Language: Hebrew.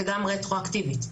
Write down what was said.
וגם רטרואקטיבית,